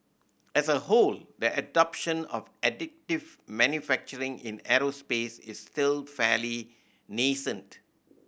as a whole the adoption of additive manufacturing in aerospace is still fairly nascent